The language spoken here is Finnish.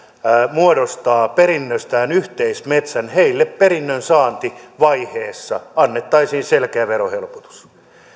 muodostaa perinnöstään yhteismetsän heille perinnönsaantivaiheessa annettaisiin selkeä verohelpotus